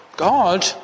God